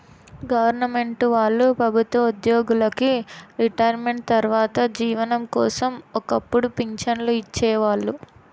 government వాళ్ళు ప్రభుత్వ ఉద్యోగులకి రిటైర్మెంటు తర్వాత జీవనం కోసం ఒక్కపుడు పింఛన్లు ఇచ్చేవాళ్ళు